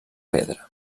pedra